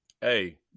hey